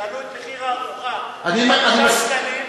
שיעלו את מחיר הארוחה ב-5 שקלים,